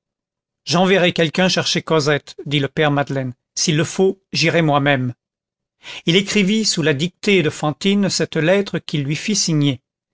j'enverrai quelqu'un chercher cosette dit le père madeleine s'il le faut j'irai moi-même il écrivit sous la dictée de fantine cette lettre qu'il lui fit signer